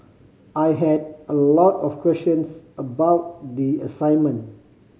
I had a lot of questions about the assignment